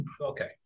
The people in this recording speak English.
okay